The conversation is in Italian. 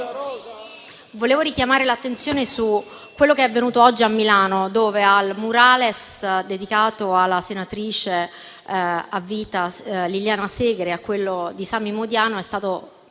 vorrei richiamare l'attenzione su quello che è avvenuto oggi a Milano, dove, al *murale* dedicato alla senatrice a vita Liliana Segre e a quello di Sami Modiano è stato